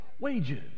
wages